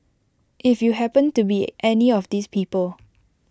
if you happened to be any of these people